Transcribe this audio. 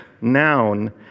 noun